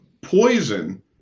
poison